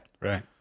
Right